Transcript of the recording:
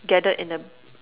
gathered in the